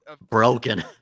broken